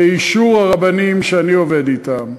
באישור הרבנים שאני עובד אתם,